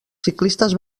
ciclistes